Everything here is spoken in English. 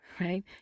Right